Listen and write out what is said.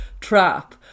trap